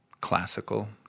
classical